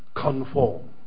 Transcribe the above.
conform